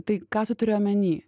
tai ką tu turi omeny